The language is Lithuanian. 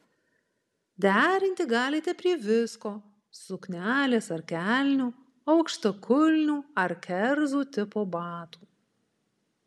derinti galite prie visko suknelės ar kelnių aukštakulnių ar kerzų tipo batų